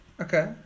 Okay